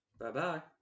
Bye-bye